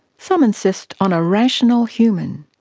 some insist on a rational human,